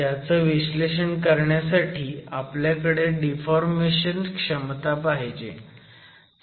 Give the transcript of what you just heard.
त्याचं विश्लेषण करण्यासाठी आपल्याकडे डिफॉर्मेशन क्षमता पाहिजे